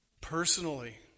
personally